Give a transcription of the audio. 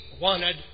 wanted